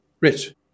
Rich